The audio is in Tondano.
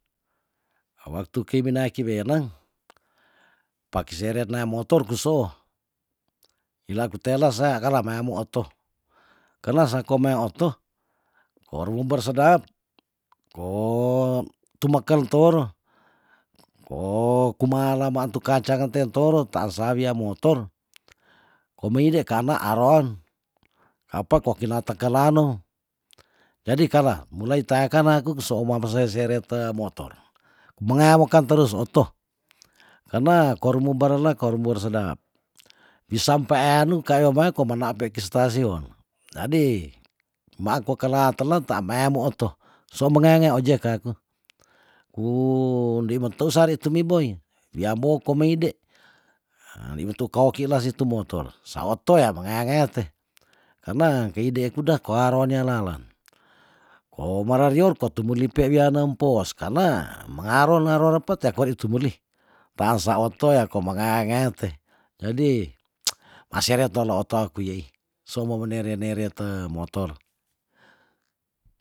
Ewaktu kei minai ki weneng paki seret nea motor ku so wila kutela sea kala meamo oto kerne se kome oto ko ruum ber sedap ko tumekel toro ko kumaa la maantuk kacang nte toro taan sa wia motor komei de karna aron apa kwa kinata kelanou jadi kala mulai teakan aku kuso oma mese seret te motor kumengea mokan terus oto karna koru mo barela koru boru sedap wisam peeanu kayo mae komana pekis tasion jadi tumaa kwa kela telet tea meamu oto su mengea ngea ojek aku ku ndei meteus sari tu miboi wiam bo komeide ha liwetu ka oki la si tu motor sa oto ya mengea ngea te karna kei de kuda kwa aronelalan ko mara rior kwa tu molipe wian nempos karna mengaron ngaron repet ya kori tu muli taan sa oto ya ko mengea ngea te jadi maseret dola oto aku yei somo menere nere te motor